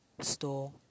Store